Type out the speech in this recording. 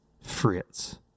Fritz